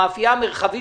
המאפייה המרחבית,